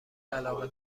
علاقه